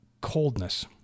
coldness